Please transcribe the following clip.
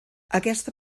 aquesta